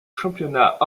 championnat